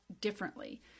differently